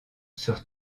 sur